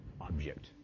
object